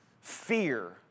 Fear